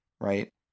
Right